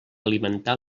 alimentar